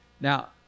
Now